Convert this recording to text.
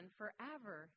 forever